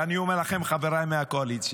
ואני אומר לכם, חבריי מהקואליציה,